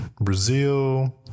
Brazil